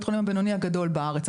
הוא בית החולים הבינוני הגדול בארץ,